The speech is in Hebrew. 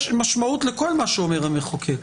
יש משמעות לכל מה שאומר המחוקק.